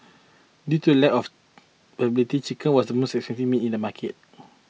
due to lack of availability chicken was most expensive meat in the market